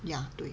ya 对